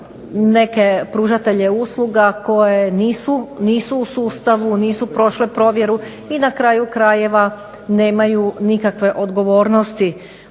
neke pružatelje usluga koje nisu u sustavu nisu prošle provjeru i na kraju krajeva nemaju nikakve odgovornosti